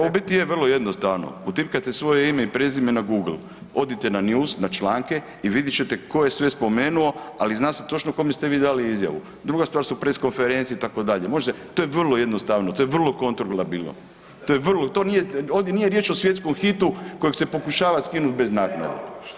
Pa u biti je vrlo jednostavno, utipkajte svoje ime i prezime na Google, odite ne news na članke i vidjet ćete tko je sve spomenuo ali zna se točno kome ste vi dali izjavu, druga stvar su press konferencije itd., to je vrlo jednostavno, to je vrlo kontrolabilno, to je vrlo, nije riječ o svjetskom hitu kojeg se pokušava skinuti bez naknade.